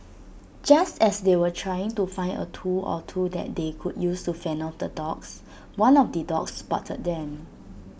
just as they were trying to find A tool or two that they could use to fend off the dogs one of the dogs spotted them